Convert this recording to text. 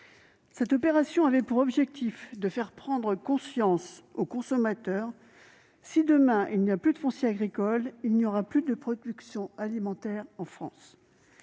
Cette opération avait pour objectif de faire « prendre conscience aux consommateurs que si, demain, il n'y a plus de foncier agricole, il n'y aura plus de production alimentaire en France ».